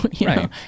Right